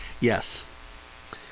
yes